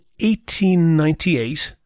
1898